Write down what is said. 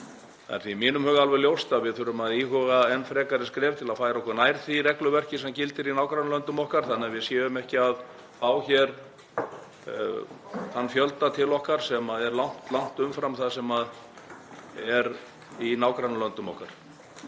Því er í mínum huga alveg ljóst að við þurfum að íhuga enn frekari skref til að færa okkur nær því regluverki sem gildir í nágrannalöndum okkar þannig að við séum ekki að fá þann fjölda hingað til okkar sem er langt umfram það sem er í nágrannalöndum okkar.